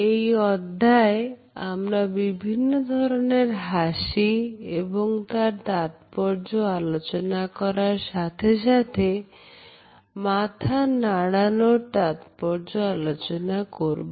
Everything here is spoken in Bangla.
এই অধ্যায়ে আমরা বিভিন্ন ধরনের হাসি এবং তার তাৎপর্য আলোচনা করার সাথে সাথে মাথা নাড়ানো তাৎপর্য আলোচনা করব